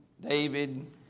David